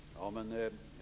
Fru talman!